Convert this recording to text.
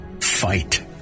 fight